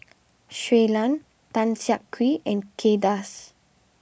Shui Lan Tan Siak Kew and Kay Das